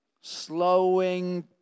Slowing